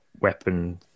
weapon